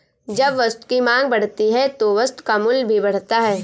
जब वस्तु की मांग बढ़ती है तो वस्तु का मूल्य भी बढ़ता है